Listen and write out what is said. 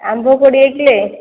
ଆମ୍ବ କୋଡ଼ିଏ କିଲୋ